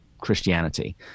Christianity